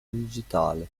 digitale